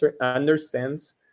understands